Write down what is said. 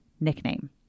nickname